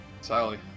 Sally